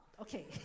Okay